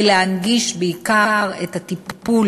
ובעיקר להנגיש את הטיפול,